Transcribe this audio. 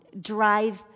drive